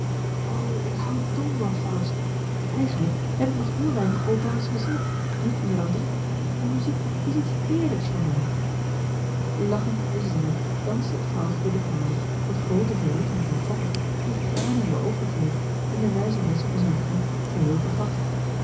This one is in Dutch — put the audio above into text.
ik houd dol van faust eigenlijk heb ik nog heel weinig opéra's gezien niet meer dan drie maar muziek is iets heerlijks voor mij lachend en zingend danste het vrouwtje door de kamer tot groote verrukking van fokke die tranen in de oogen kreeg en de wijze lessen van zijn vriend geheel vergat